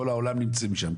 כל העולם נמצאים שם,